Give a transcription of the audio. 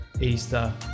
Easter